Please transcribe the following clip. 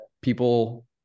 people